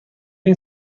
این